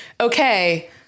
Okay